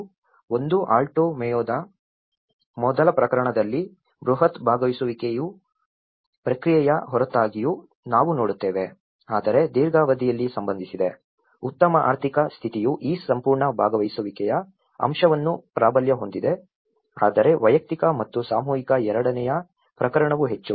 ಒಂದು ಆಲ್ಟೊ ಮೇಯೊದ ಮೊದಲ ಪ್ರಕರಣದಲ್ಲಿ ಬೃಹತ್ ಭಾಗವಹಿಸುವಿಕೆಯ ಪ್ರಕ್ರಿಯೆಯ ಹೊರತಾಗಿಯೂ ನಾವು ನೋಡುತ್ತೇವೆ ಆದರೆ ದೀರ್ಘಾವಧಿಯಲ್ಲಿ ಸಂಬಂಧಿಸಿದೆ ಉತ್ತಮ ಆರ್ಥಿಕ ಸ್ಥಿತಿಯು ಈ ಸಂಪೂರ್ಣ ಭಾಗವಹಿಸುವಿಕೆಯ ಅಂಶವನ್ನು ಪ್ರಾಬಲ್ಯ ಹೊಂದಿದೆ ಆದರೆ ವೈಯಕ್ತಿಕ ಮತ್ತು ಸಾಮೂಹಿಕ ಎರಡನೆಯ ಪ್ರಕರಣವು ಹೆಚ್ಚು